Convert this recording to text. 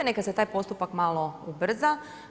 Neka se taj postupak malo ubrza.